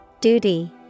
Duty